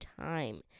time